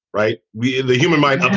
right? we the human mind.